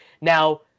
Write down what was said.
Now